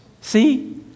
See